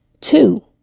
Two